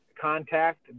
contact